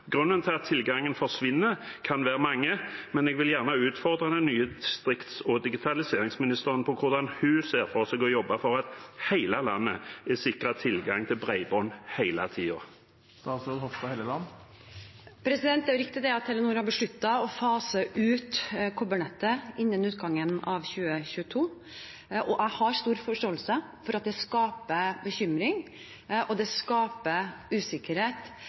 til at tilgangen forsvinner, kan være mange, men jeg vil gjerne utfordre den nye distrikts- og digitaliseringsministeren på hvordan hun ser for seg å jobbe for at hele landet er sikret tilgang til bredbånd hele tiden. Det er riktig at Telenor har besluttet å fase ut kobbernettet innen utgangen av 2022. Jeg har stor forståelse for at det skaper bekymring, og det skaper usikkerhet